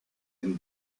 and